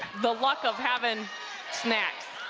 the luck of having snacks.